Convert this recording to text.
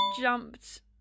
jumped